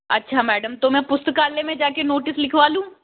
अच्छा मैडम तो में पुस्तकालय में जाके नोटिस लिखवा लूँ